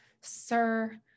sir